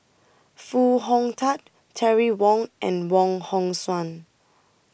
Foo Hong Tatt Terry Wong and Wong Hong Suen